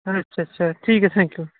अच्छा अच्छा ठीक ऐ थैंक यू भी